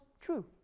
true